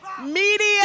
media